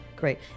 great